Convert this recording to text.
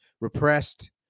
repressed